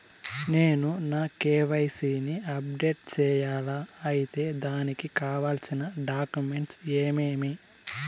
నేను నా కె.వై.సి ని అప్డేట్ సేయాలా? అయితే దానికి కావాల్సిన డాక్యుమెంట్లు ఏమేమీ?